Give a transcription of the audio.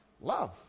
Love